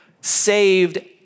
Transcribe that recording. saved